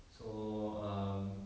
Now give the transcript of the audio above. so um